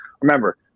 Remember